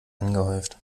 angehäuft